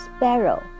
Sparrow